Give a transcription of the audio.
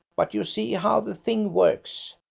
but you see how the thing works.